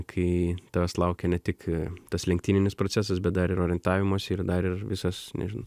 kai tavęs laukia ne tik tas lenktyninis procesas bet dar ir orientavimosi ir dar ir visas nežinau